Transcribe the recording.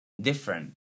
different